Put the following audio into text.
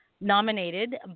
nominated